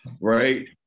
right